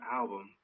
album